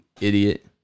Idiot